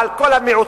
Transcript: על כל המיעוטים,